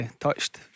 touched